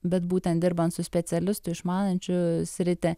bet būtent dirbant su specialistu išmanančiu sritį